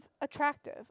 attractive